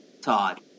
Todd